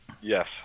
Yes